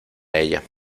ella